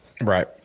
right